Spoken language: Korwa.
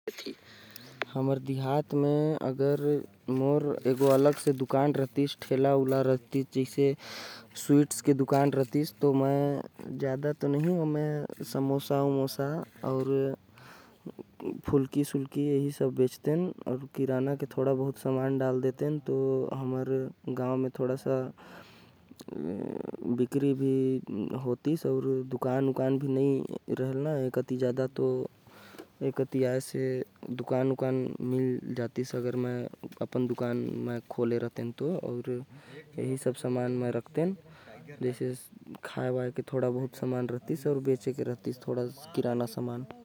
अगर मोर खुद के दुकान होतिस तो मैं ओमे समोसा अउ। फुल्की भेचतेन जेके सब मन खाये आतिन। साथ म किराना के भी कुछ सामान डाल देतेन जेके लेहे मोर पूरा गांव। आतिस काबर की मोर गांव म कोई ऐसा दुकान नही हवे।